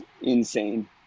Insane